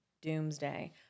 doomsday